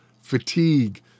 fatigue